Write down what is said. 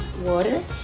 Water